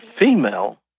female